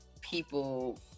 people